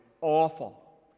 awful